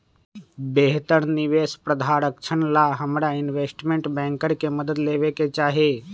बेहतर निवेश प्रधारक्षण ला हमरा इनवेस्टमेंट बैंकर के मदद लेवे के चाहि